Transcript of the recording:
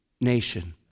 nation